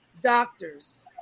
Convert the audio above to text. doctors